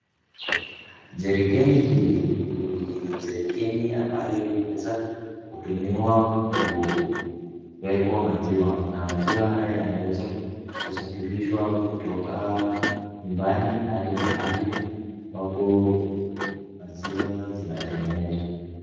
Jerikeni hii ni jerikeni ambayo inaweza kutumiwa kuwekwa maziwa na maziwa haya yanaweza kusafirishwa kutoka nyumbani hadi mahali ambapo maziwa zinatengenezwa.